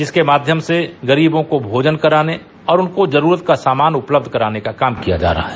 जिसके माध्यम से गरीबों को भोजन कराने और उनको जरूरत का सामान उपलब्ध कराने का काम किया जा रहा है